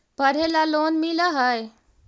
पढ़े ला लोन मिल है?